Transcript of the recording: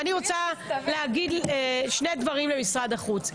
אני רוצה להגיד שני דברים למשרד החוץ.